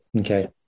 Okay